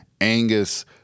Angus